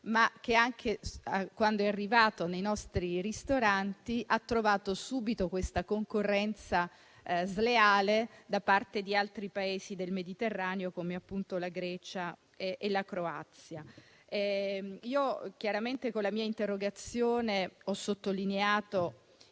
ma che quando è arrivato nei nostri ristoranti ha incontrato subito la concorrenza sleale da parte di altri Paesi del Mediterraneo, come la Grecia e la Croazia. Con la mia interrogazione ho sottolineato